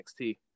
NXT